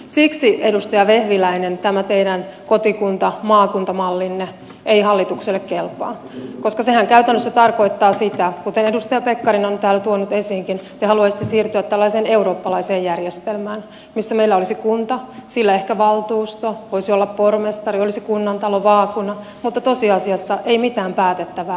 siksi edustaja vehviläinen tämä teidän kotikuntamaakuntamallinne ei hallitukselle kelpaa koska sehän käytännössä tarkoittaa sitä kuten edustaja pekkarinen on täällä tuonut esiinkin että te haluaisitte siirtyä tällaiseen eurooppalaiseen järjestelmään missä meillä olisi kunta sillä ehkä valtuusto voisi olla pormestari olisi kunnantalo vaakuna mutta tosiasiassa ei mitään päätettävää kunnilla